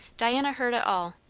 diana heard it all,